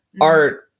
art